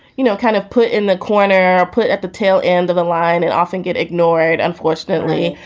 you know, kind of put in the corner, put at the tail end of a line and often get ignored, unfortunately.